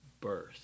birth